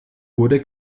wurde